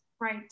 Right